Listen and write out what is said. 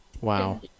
Wow